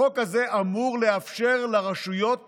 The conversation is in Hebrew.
החוק הזה אמור לאפשר לרשויות